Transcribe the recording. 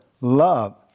love